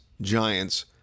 Giants